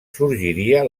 sorgiria